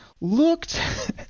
looked